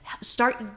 start